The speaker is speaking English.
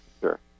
sure